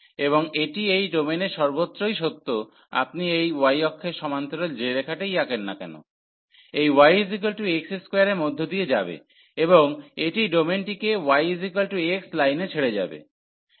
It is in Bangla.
এবং এটি এই ডোমেইনের সর্বত্রই সত্য আপনি এই y অক্ষের সমান্তরালে যে রেখাটিই আঁকেন না কেন এটি yx2 এর মধ্য দিয়ে যাবে এবং এটি ডোমেনটিকে y x লাইনে ছেড়ে যাবে